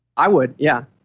i would, yeah